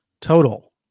total